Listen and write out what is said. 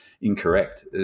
incorrect